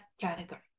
category